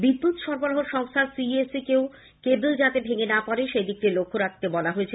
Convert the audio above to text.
বিদ্যুৎ সরবরাহ সংস্থা সিইএসসিকেও কেবল যাতে ভেঙে না পড়ে সেই দিকটি লক্ষ্য রাখতে বলা হয়েছে